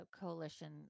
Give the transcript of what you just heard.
coalition